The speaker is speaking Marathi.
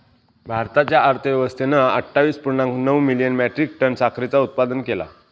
भारताच्या अर्थव्यवस्थेन अट्ठावीस पुर्णांक नऊ मिलियन मेट्रीक टन साखरेचा उत्पादन केला